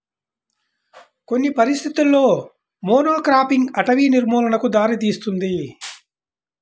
కొన్ని పరిస్థితులలో మోనోక్రాపింగ్ అటవీ నిర్మూలనకు దారితీస్తుంది